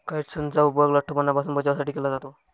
काइट्सनचा उपयोग लठ्ठपणापासून बचावासाठी केला जातो